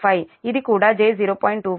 05 ఇది కూడా j0